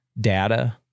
data